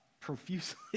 profusely